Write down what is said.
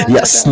Yes